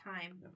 time